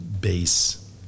base